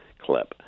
clip